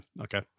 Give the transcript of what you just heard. okay